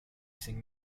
sing